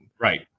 Right